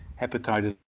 hepatitis